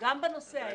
וגם בנושא ההסכמי.